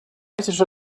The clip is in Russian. давайте